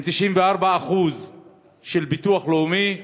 עם 94% נכות מהביטוח הלאומי.